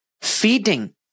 feeding